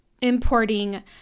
importing